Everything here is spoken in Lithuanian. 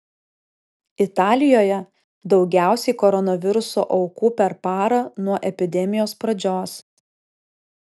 italijoje daugiausiai koronaviruso aukų per parą nuo epidemijos pradžios